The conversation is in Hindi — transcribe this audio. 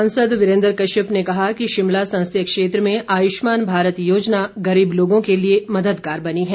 सांसद वीरेन्द्र कश्यप ने कहा कि शिमला संसदीय क्षेत्र में आयुष्मान भारत योजना गरीब लोगों के लिए मददगार बनी है